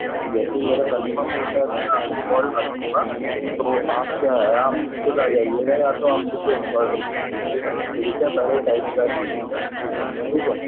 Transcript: जैसे ही मेरा कन्फर्म होता है तो मैं आप को कॉल कर दूँगा तो आप क्या है आप खुद आ जाइएगा या तो आप किसी एम्प्लोय को भेज दीजिएगा मुझे क्या है पहले टेस्ट ड्राइव चाहिए पहले ठीक है